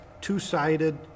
two-sided